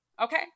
Okay